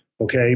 Okay